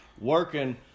working